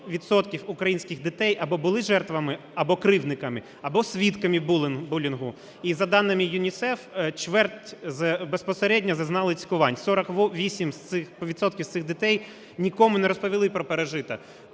українських дітей або були жертвами, або кривдниками, або свідками були булінгу. І за даними ЮНІСЕФ чверть безпосередньо зазнали цькувань. 48 відсотків з цих дітей нікому не розповіли про пережите.